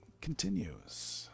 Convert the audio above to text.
continues